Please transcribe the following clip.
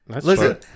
Listen